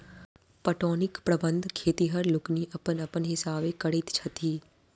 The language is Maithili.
पटौनीक प्रबंध खेतिहर लोकनि अपन अपन हिसाबेँ करैत छथि